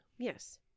Yes